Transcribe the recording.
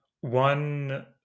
one